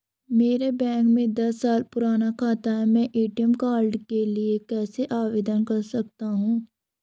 मेरा बैंक में दस साल पुराना खाता है मैं ए.टी.एम कार्ड के लिए कैसे आवेदन कर सकता हूँ?